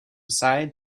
side